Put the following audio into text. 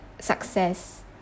success